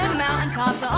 mountain tops,